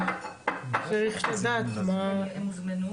הם הוזמנו